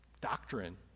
doctrine